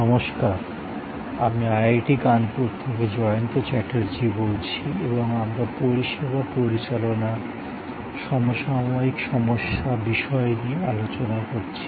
নমস্কার আমি আইআইটি কানপুর থেকে জয়ন্ত চ্যাটার্জী বলছি এবং আমরা পরিষেবা পরিচালনা সমসাময়িক সমস্যা বিষয় নিয়ে আলোচনা করছি